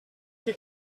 que